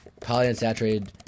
polyunsaturated